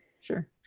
Sure